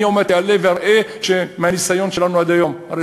אני עוד מעט אעלה ואראה שמהניסיון שלנו עד היום,